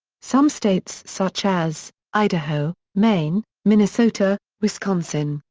some states such as idaho, maine, minnesota, wisconsin,